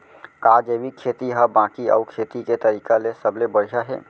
का जैविक खेती हा बाकी अऊ खेती के तरीका ले सबले बढ़िया हे?